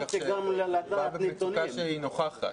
כך שמדובר במצוקה שהיא נוכחת.